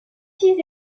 six